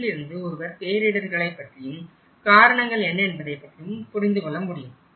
இதிலிருந்து ஒருவர் பேரிடர்களை பற்றியும் காரணங்கள் என்ன என்பதை பற்றியும் புரிந்துகொள்ள முடியும்